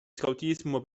scautismo